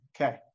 Okay